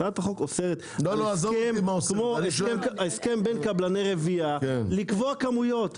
הצעת החוק אוסרת הסכם כמו הסכם בין קבלני רבייה לקבוע כמויות.